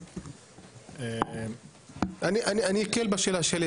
הרשימה הערבית המאוחדת): אני אקל עם השאלה שלי: